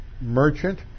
merchant